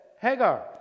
Hagar